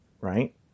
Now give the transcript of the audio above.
right